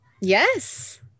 Yes